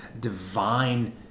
divine